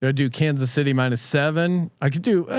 ah do kansas city minus seven. i can do. oh,